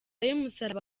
y’umusaraba